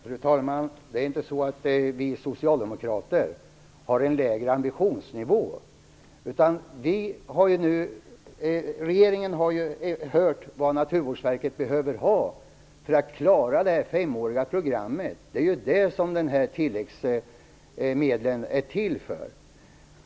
Fru talman! Det är inte så att vi socialdemokrater har en lägre ambitionsnivå. Regeringen har nu hört vad Naturvårdsverket behöver ha för att klara det femåriga programmet, och det är det som dessa tilläggsmedel är till för.